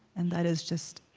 and that is just,